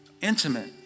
intimate